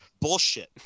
bullshit